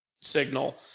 signal